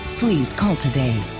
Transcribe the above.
please call today.